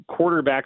quarterbacks